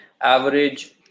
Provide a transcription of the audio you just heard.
average